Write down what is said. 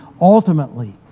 ultimately